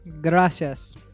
Gracias